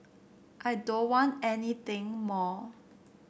I don't want anything more